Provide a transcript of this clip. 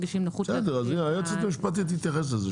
בסדר, היועצת המשפטית של הוועדה תתייחס לזה.